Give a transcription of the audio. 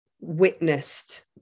witnessed